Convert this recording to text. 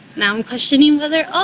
now, i'm questioning whether